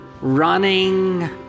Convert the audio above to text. running